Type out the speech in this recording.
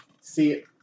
See